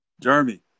Jeremy